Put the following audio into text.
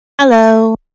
Hello